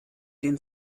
den